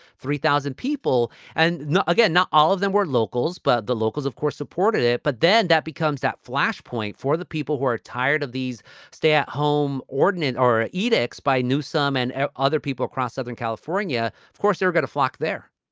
three thousand people. and again, not all of them were locals, but the locals, of course, supported it. but then that becomes that flashpoint for the people who are tired of these stay at home ordinance or ah edicts by newsome and other people across southern california. of course, they're going to flock there